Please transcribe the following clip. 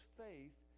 faith